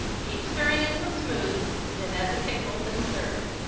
keep stirring until smooth, then add the pickles and serve.